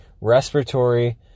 respiratory